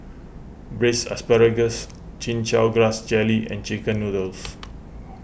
Braised Asparagus Chin Chow Grass Jelly and Chicken Noodles